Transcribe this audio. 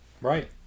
Right